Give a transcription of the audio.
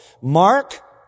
Mark